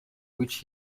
which